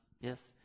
Yes